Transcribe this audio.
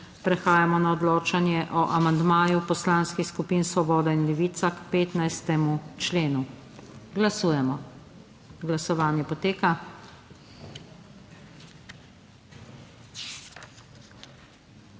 Prehajamo na odločanje o amandmaju Poslanskih skupin Svoboda in Levica k 63. členu. Glasujemo. Glasovanje poteka.